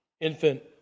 infant